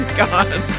god